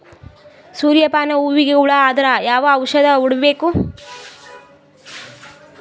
ಸೂರ್ಯ ಪಾನ ಹೂವಿಗೆ ಹುಳ ಆದ್ರ ಯಾವ ಔಷದ ಹೊಡಿಬೇಕು?